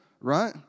right